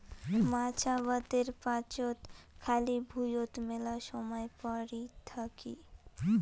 মাছ আবাদের পাচত খালি ভুঁইয়ত মেলা সমায় পরি থাকি